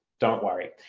don't worry.